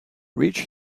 rich